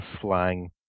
slang